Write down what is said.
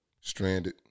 Stranded